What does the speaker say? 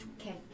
Okay